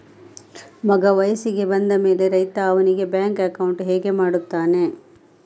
ಮಗ ವಯಸ್ಸಿಗೆ ಬಂದ ಮೇಲೆ ರೈತ ಅವನಿಗೆ ಬ್ಯಾಂಕ್ ಅಕೌಂಟ್ ಹೇಗೆ ಮಾಡ್ತಾನೆ?